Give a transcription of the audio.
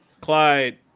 Clyde